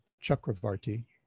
Chakravarti